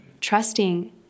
trusting